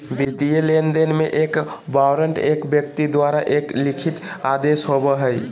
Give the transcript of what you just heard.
वित्तीय लेनदेन में, एक वारंट एक व्यक्ति द्वारा एक लिखित आदेश होबो हइ